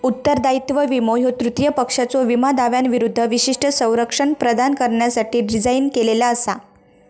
उत्तरदायित्व विमो ह्यो तृतीय पक्षाच्यो विमो दाव्यांविरूद्ध विशिष्ट संरक्षण प्रदान करण्यासाठी डिझाइन केलेला असा